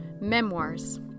memoirs